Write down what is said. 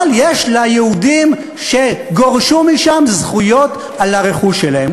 אבל יש ליהודים שגורשו משם זכויות על הרכוש שלהם.